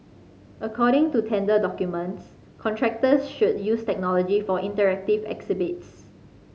according to tender documents contractors should use technology for interactive exhibits